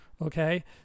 Okay